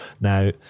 Now